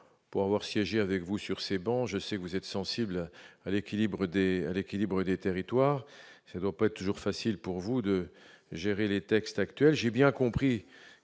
pour avoir siégé avec vue sur ses bancs, je sais que vous êtes sensible à l'équilibre dès l'équilibre des territoires je pas toujours facile pour vous de gérer les textes actuels, j'ai bien compris